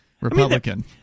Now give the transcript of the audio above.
republican